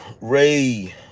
Ray